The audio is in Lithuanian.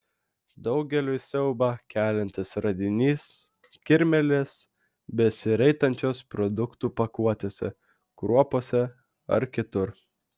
daugeliui siaubą keliantis radinys kirmėlės besiraitančios produktų pakuotėse kruopose ar kitur